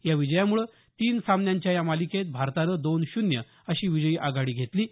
या विजयामुळे तीन सामन्यांच्या मालिकेत भारतानं दोन शून्य अशी विजयी आघाडी घेतली आहे